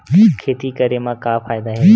खेती करे म का फ़ायदा हे?